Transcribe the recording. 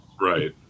Right